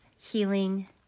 healing